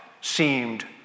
seemed